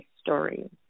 story